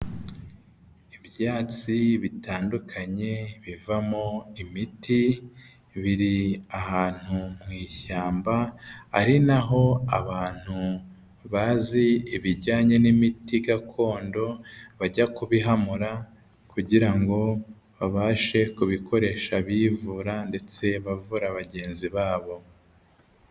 Ibyatsi bitandukanye bivamo imiti biri ahantu mu ishyamba ari naho abantu bazi ibijyanye n'imiti gakondo bajya kubihamura kugira ngo babashe kubikoresha bivura ndetse bavura bagenzi babo.